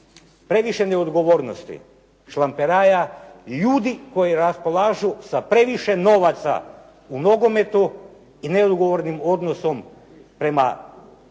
Previše neodgovornosti, šlamperaja, ljudi koji raspolažu sa previše novaca u nogometu i neodgovornim odnosom prema